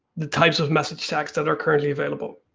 the types of message tags that are currently available.